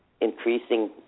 increasing